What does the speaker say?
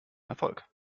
erfolg